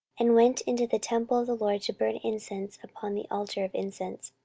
and went into the temple of the lord to burn incense upon the altar of incense.